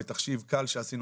בתחשיב קל שעשינו,